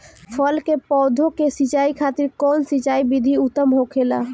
फल के पौधो के सिंचाई खातिर कउन सिंचाई विधि उत्तम होखेला?